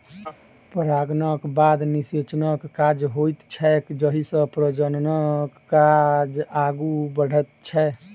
परागणक बाद निषेचनक काज होइत छैक जाहिसँ प्रजननक काज आगू बढ़ैत छै